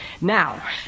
Now